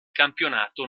campionato